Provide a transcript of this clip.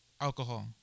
Alcohol